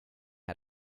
how